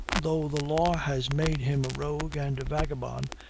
though the law has made him a rogue and vagabond,